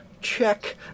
check